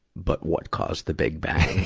but what caused the big bang?